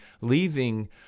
leaving